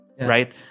Right